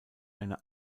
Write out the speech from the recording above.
eine